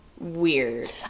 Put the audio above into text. weird